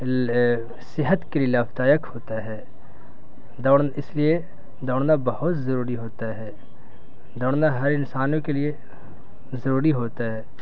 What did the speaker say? صحت کے لیے لافتق ہوتا ہے دوڑنا اس لیے دوڑنا بہت ضروری ہوتا ہے دوڑنا ہر انسانوں کے لیے ضروری ہوتا ہے